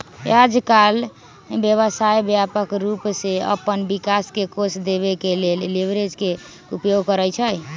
याजकाल व्यवसाय व्यापक रूप से अप्पन विकास के कोष देबे के लेल लिवरेज के उपयोग करइ छइ